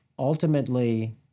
Ultimately